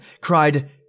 cried